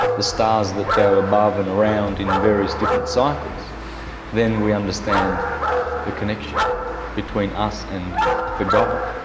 the stars that go above and around in various different cycles then we understand the connection between us and the god.